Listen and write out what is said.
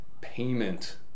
payment